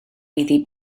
iddi